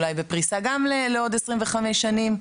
אולי בפריסה גם לעוד 25 שנים,